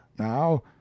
now